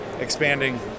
expanding